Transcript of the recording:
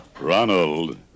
Ronald